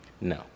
No